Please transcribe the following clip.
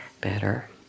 better